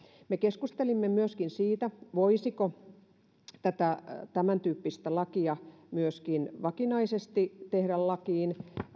me keskustelimme myöskin siitä voisiko tämäntyyppistä sääntelyä myöskin vakinaisesti tehdä lakiin